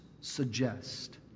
suggest